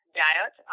diet